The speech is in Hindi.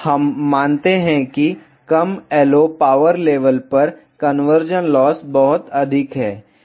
हम मानते हैं कि कम LO पावर लेवल पर कन्वर्जन लॉस बहुत अधिक है